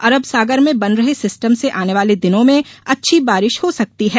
अरब सागर में बन रहे सिस्टम से आने वाले दिनों में अच्छी बारिश हो सकती है